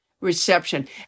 reception